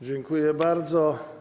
Dziękuję bardzo.